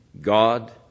God